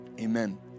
amen